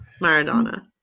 Maradona